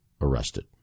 arrested